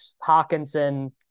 Hawkinson